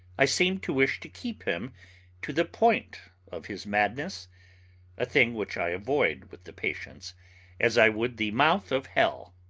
i seemed to wish to keep him to the point of his madness a thing which i avoid with the patients as i would the mouth of hell.